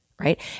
right